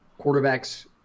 quarterbacks